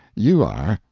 you are.